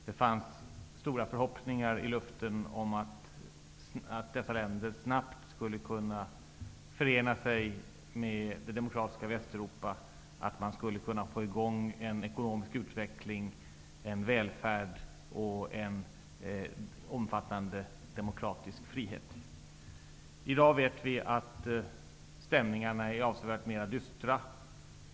Det fanns stora förhoppningar i luften om att dessa länder snabbt skulle kunna förena sig med det demokratiska Västeuropa och att man skulle kunna få i gång en ekonomisk utveckling, en välfärd, och få en omfattande demokratisk frihet. I dag vet vi att stämningarna är avsevärt mer dystra.